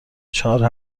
چهار